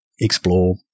explore